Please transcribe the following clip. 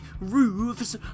roofs